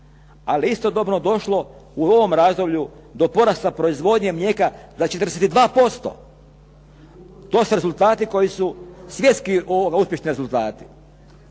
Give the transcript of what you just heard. ali istodobno je došlo u ovom razdoblju do porasta proizvodnje mlijeka za 42%. To su rezultati koji su svjetski uspješni rezultati.